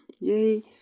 Yay